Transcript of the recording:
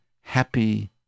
happy